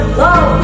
love